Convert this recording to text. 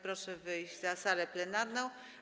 proszę wyjść poza salę plenarną.